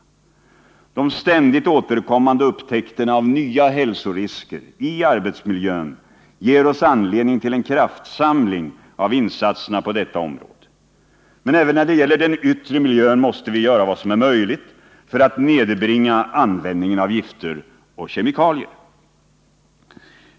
De ständigt återkommande upptäckterna av nya hälsorisker i arbetsmiljön ger oss anledning till en kraftsamling av insatserna på detta område. Men även när det gäller den yttre miljön måste vi göra vad som är möjligt för att nedbringa användningen av gifter och kemikalier.